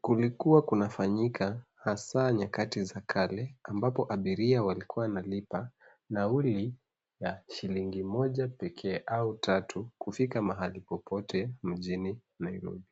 kulikuwa kunafanyika hasa nyakati za kale ambapo abiria walikuwa wanalipa nauli ya shilingi moja pekee au tatu kufika mahali popote mjini Nairobi.